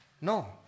No